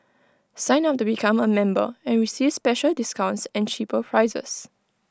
sign up to become A member and receive special discounts and cheaper prices